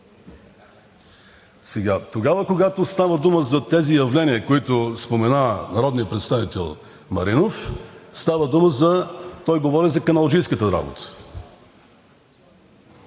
Тогава, когато става дума за тези явления, за които спомена народният представител Маринов, той говори за каналджийската работа.